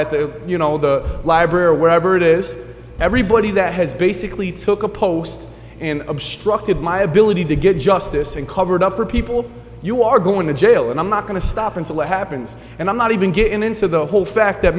the you know the library or wherever it is everybody that has basically took a post and obstructed my ability to get justice and covered up for people you are going to jail and i'm not going to stop until it happens and i'm not even get into the whole fact that